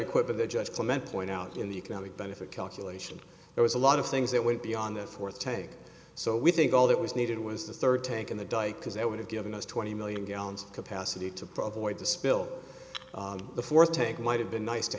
equipment they just comment point out in the economic benefit calculation there was a lot of things that went beyond the fourth tank so we think all that was needed was the third tank in the dike because that would have given us twenty million gallons capacity to provide to spill the fourth tank might have been nice to